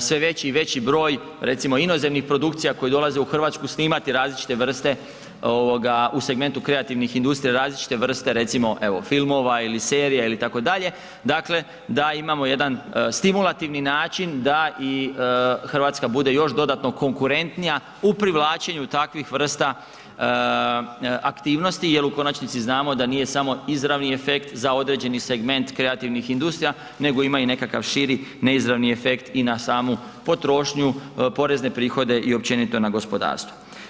sve veći i veći broj recimo inozemnih produkcija koje dolaze u RH snimati različite vrste ovoga u segmentu kreativnih industrija, različite vrste recimo evo filmova ili serija ili tako dalje, dakle da imamo jedan stimulativni način da i RH bude još dodatno konkurentnija u privlačenju takvih vrsta aktivnosti jel u konačnici znamo da nije samo izravni efekt za određeni segment kreativnih industrija nego ima i nekakav širi neizravni efekt i na samu potrošnju, porezne prihode i općenito na gospodarstvo.